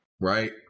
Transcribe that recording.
right